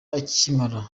akimara